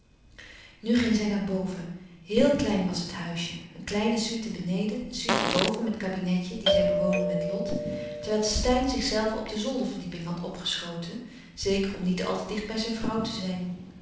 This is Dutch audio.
nu ging zij naar boven heel klein was het huisje een kleine suite beneden een suite boven met kabinetje die zij bewoonde met lot terwijl steyn zichzelven op de zolderverdieping had opgeschoten zeker om niet al te dicht bij zijn vrouw te zijn